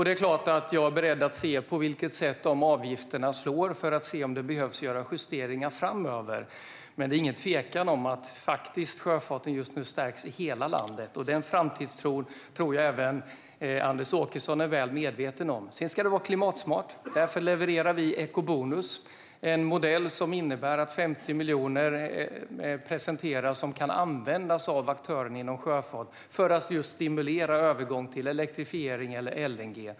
Det är klart att jag är beredd att titta på hur avgifterna slår, för att se om det behövs göras justeringar framöver. Men det är ingen tvekan om att sjöfarten just nu stärks i hela landet. Den framtidstron tror jag att även Anders Åkesson är väl medveten om. Sedan ska det vara klimatsmart. Därför levererar vi eko-bonus. Det är en modell som innebär att 50 miljoner kan användas av aktörer inom sjöfart just för att stimulera övergång till elektrifiering eller LNG.